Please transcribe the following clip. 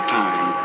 time